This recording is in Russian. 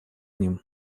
ним